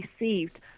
received